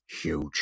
huge